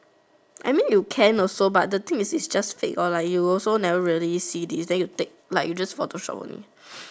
I mean you can also but the thing is it's just fake lor you also never really see this then you like you just Photoshop only